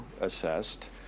assessed